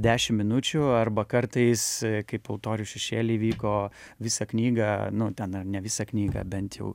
dešim minučių arba kartais kaip altorių šešėly vyko visą knygą nu ten ar ne visą knygą bent jau